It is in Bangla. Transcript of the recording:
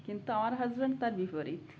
কিন্তু আমার হাসব্যান্ড তার বিপরীত